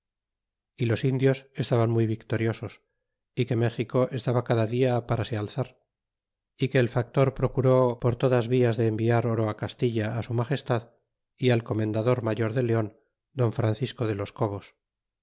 y los indios estaban muy victoriosos y que méxico estaba cada dia para se alzar y que el factor procuró por todas vias de enviar oro castilla su magestad é al comendador mayor de leon don francisco de los cobos